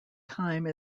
time